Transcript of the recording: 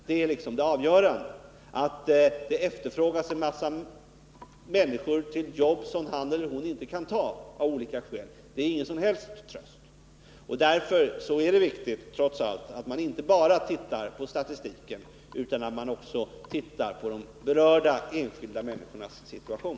Det är det avgörande. Att det efterfrågas en massa människor till jobb som man inte kan ta av olika skäl är ingen som helst tröst. Därför är det trots allt viktigt att man inte bara tittar på statistiken utan att man också tittar på de berörda enskilda människornas situation.